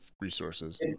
resources